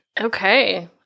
Okay